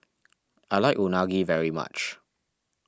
I like Unagi very much